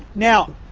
now,